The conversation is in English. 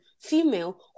female